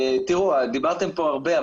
דיברתם פה הרבה,